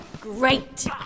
Great